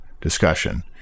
discussion